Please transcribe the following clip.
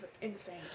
insane